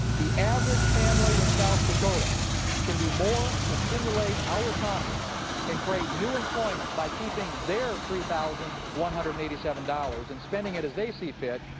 the average family in south dakota can do more to stimulate our economy and create new employment by keeping their three thousand one hundred and eighty seven dollars and spending it as they see fit,